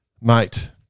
mate